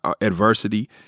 adversity